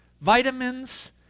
vitamins